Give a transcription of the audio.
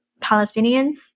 Palestinians